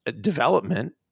development